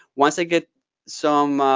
once i get some